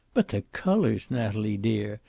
but the colors, natalie dear!